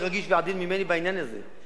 עדין ורגיש ממני בעניין הזה.